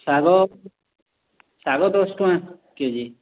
ଶାଗ ଶାଗ ଦଶ ଟଙ୍କା କେଜି